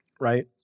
right